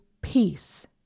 peace